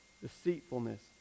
deceitfulness